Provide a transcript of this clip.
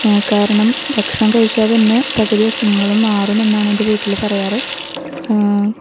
കാരണം ഭക്ഷണം കഴിച്ചാൽ തന്നെ പകുതി അസുഖങ്ങളും മാറുമെന്നാണ് എൻ്റെ വീട്ടില് പറയാറ്